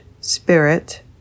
Spirit